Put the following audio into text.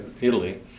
Italy